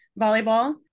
volleyball